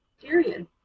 Period